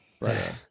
Right